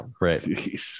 right